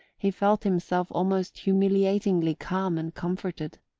he felt himself almost humiliatingly calm and comforted.